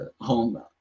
home